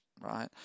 Right